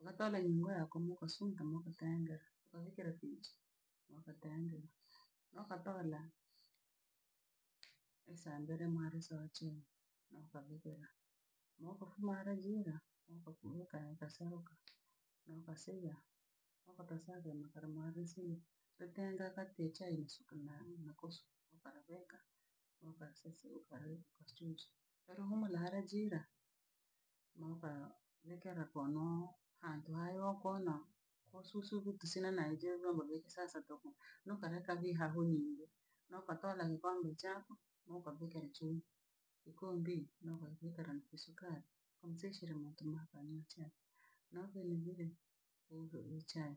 ukatoola nyiingo yako ma ukasunta ma ukateengera maa ukatoola isaamba rimwa raewa chee ma ukavekera maa ukafuna hera jiira ma ukavikira koo susu tusina ivo vyombo vya kisasa tuku ma ukareka halo nyiingwi ma ukatola vikombe ma ukavekera vikoombi chai.